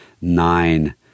nine